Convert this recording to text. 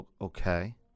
okay